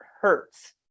hurts